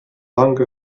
lange